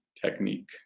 technique